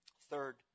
Third